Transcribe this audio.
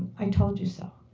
i told you so.